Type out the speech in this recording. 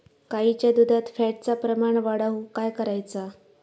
गाईच्या दुधात फॅटचा प्रमाण वाढवुक काय करायचा?